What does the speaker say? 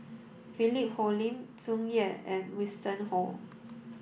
Philip Hoalim Tsung Yeh and Winston Oh